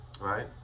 right